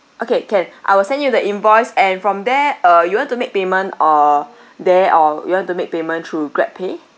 okay can I will send you the invoice and from there uh you want to make payment or there or you want to make payment through GrabPay